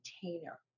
container